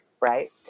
Right